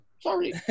sorry